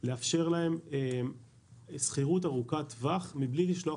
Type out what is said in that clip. לאפשר להן שכירות ארוכת-טווח מבלי לשלוח